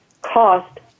cost